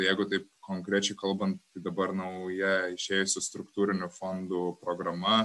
jeigu taip konkrečiai kalbant dabar nauja išėjusi struktūrinių fondų programa